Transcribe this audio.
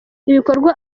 ibikorwa